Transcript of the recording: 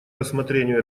рассмотрению